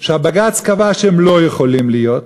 שבג"ץ קבע שהם לא יכולים לכהן.